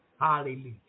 Hallelujah